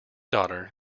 daughter